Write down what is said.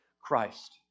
Christ